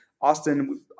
Austin